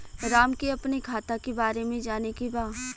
राम के अपने खाता के बारे मे जाने के बा?